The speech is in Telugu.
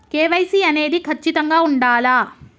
కే.వై.సీ అనేది ఖచ్చితంగా ఉండాలా?